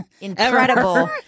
Incredible